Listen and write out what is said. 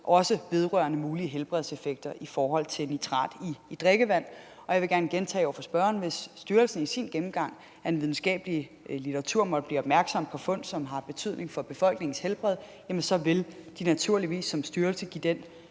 også vedrørende mulige helbredseffekter i forhold til nitrat i drikkevandet. Og jeg vil gerne gentage over for spørgeren, at hvis styrelsen i sin gennemgang af den videnskabelige litteratur måtte blive opmærksom på fund, som har betydning for befolkningens helbred, så vil de naturligvis som styrelse give den